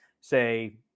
say